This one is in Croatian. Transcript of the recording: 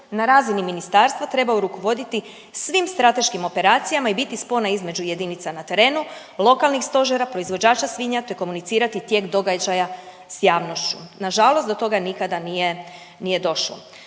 na razini ministarstva trebao rukovoditi svim strateškim operacijama i biti spona između jedinica na terenu, lokalnih stožera, proizvođača svinja, te komunicirati tijek događaja sa javnošću. Na žalost do toga nikada nije došlo.